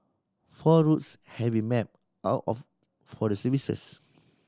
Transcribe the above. four routes have been mapped out of for the service